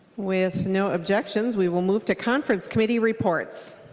with no objections we will move to conference committee reports.